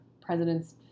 president's